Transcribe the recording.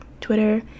twitter